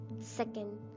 Second